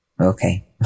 Okay